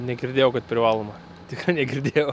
negirdėjau kad privaloma tikrai negirdėjau